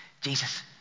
Jesus